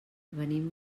venim